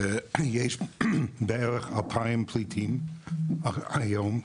שיש בערך 2000 פליטים היום,